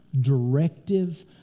directive